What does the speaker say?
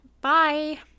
Bye